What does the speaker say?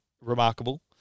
remarkable